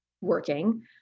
working